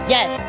Yes